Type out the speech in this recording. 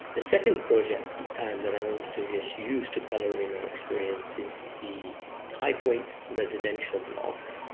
the second project and that i wanted to use use to color in our experience is the high point residential block.